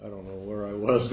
i don't know where i was